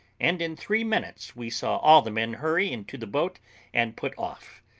and in three minutes we saw all the men hurry into the boat and put off,